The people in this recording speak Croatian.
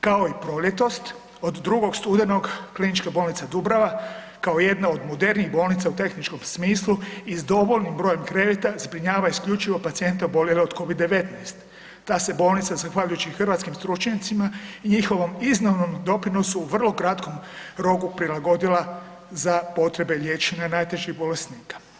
Kao i proljetos od 2. studenog KB Dubrava kao jedna od modernijih bolnica u tehničkom smislu i s dovoljnim brojem kreveta zbrinjava isključivo pacijente oboljele od Covid-19 ta se bolnica zahvaljujući hrvatskim stručnjacima i njihovom iznimnom doprinosu u vrlo kratkom roku prilagodila za potrebe liječenja najtežih bolesnika.